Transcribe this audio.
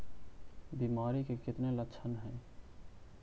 बीमारी के कितने लक्षण हैं?